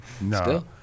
no